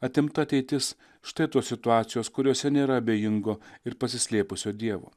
atimta ateitis štai tos situacijos kuriose nėra abejingo ir pasislėpusio dievo